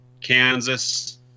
Kansas